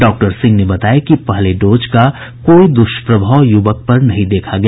doctor Singh ने बताया कि पहले डोज का कोई दुष्प्रभाव युवक पर नहीं देखा गया